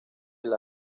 del